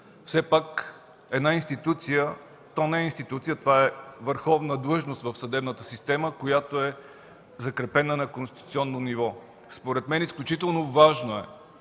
Все пак това е институция, то не е институция, а върховна длъжност в съдебната система, която е закрепена на конституционно ниво. Според мен изключително важно е,